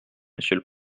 monsieur